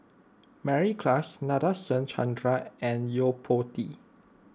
Mary Klass Nadasen Chandra and Yo Po Tee